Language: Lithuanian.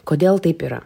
kodėl taip yra